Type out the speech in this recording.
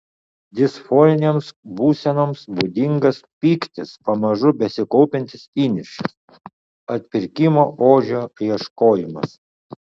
disforinėms būsenoms būdingas pyktis pamažu besikaupiantis įniršis atpirkimo ožio ieškojimas